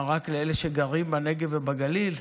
מה, רק לאלה שגרים בנגב ובגליל?